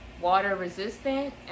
water-resistant